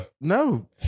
No